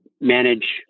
manage